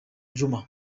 juma